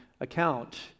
account